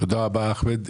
תודה רבה, אחמד.